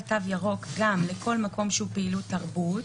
תו ירוק גם לכל מקום שהוא פעילות תרבות,